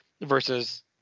versus